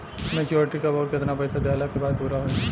Maturity कब आउर केतना पईसा देहला के बाद पूरा होई?